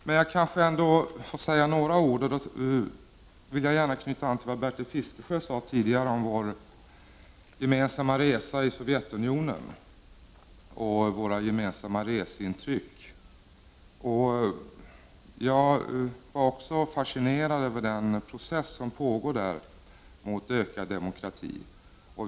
Men jag kanske ändå får säga några ord, och då vill jag gärna knyta an till det Bertil Fiskesjö sade tidigare om vår gemensamma resa i Sovjetunionen och om våra gemensamma reseintryck. Jag var också fascinerad över den process som pågår där, mot ökad demokrati.